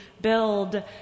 build